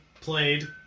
played